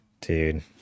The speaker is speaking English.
dude